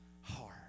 heart